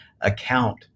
account